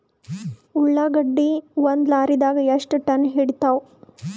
ಉಳ್ಳಾಗಡ್ಡಿ ಒಂದ ಲಾರಿದಾಗ ಎಷ್ಟ ಟನ್ ಹಿಡಿತ್ತಾವ?